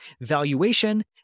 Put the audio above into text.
valuation